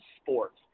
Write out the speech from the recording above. sports